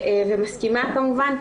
ומסכימה כמובן,